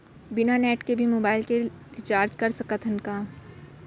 बिना नेट के भी मोबाइल ले रिचार्ज कर सकत हन का?